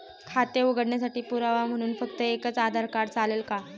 खाते उघडण्यासाठी पुरावा म्हणून फक्त एकच आधार कार्ड चालेल का?